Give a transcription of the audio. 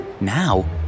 Now